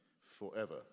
forever